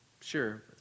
sure